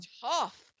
tough